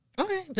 Okay